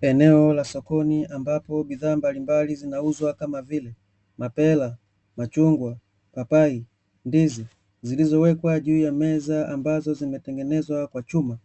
Eneo la sokoni ambapo bidhaa mbalimbali zinauzwa kama vile mapera, machungwa, papai, ndizi zilizowekwa juu ya meza ambazo zimetengenezwa kwa chuma.